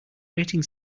rating